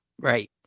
Right